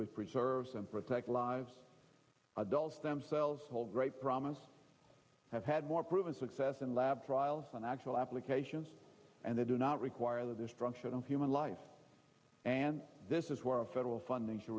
with preserve and protect lives adult stem cells hold great promise have had more proven success in lab trials on actual applications and they do not require the destruction of human life and this is where our federal funding to